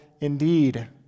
indeed